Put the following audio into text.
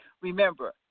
Remember